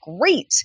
great